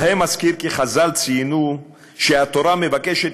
להם אזכיר כי חז"ל ציינו שהתורה מבקשת